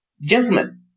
Gentlemen